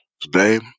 Today